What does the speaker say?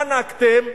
חנקתם.